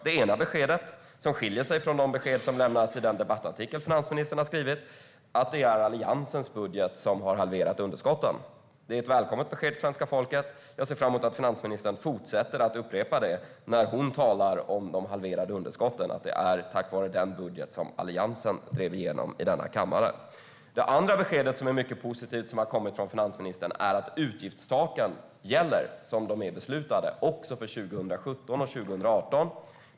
Det ena beskedet - som skiljer sig från de besked som lämnades i den debattartikel som finansministern har skrivit - är att det är Alliansens budget som har halverat underskotten. Det är ett välkommet besked till svenska folket. Jag ser fram emot att finansministern fortsätter att upprepa det när hon talar om de halverade underskotten, att det är tack vare den budget som Alliansen drev igenom i denna kammare. Det andra mycket positiva beskedet från finansministern är att utgiftstaken gäller som de har beslutats också för 2017 och 2018.